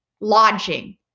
lodging